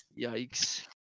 yikes